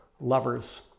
lovers